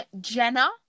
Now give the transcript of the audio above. Jenna